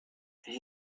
and